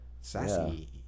Sassy